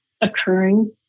occurring